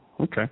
Okay